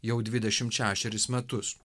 jau dvidešimt šešerius metus